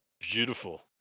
Beautiful